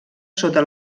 sota